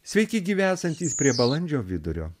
sveiki gyvi esantys prie balandžio vidurio